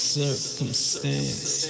circumstance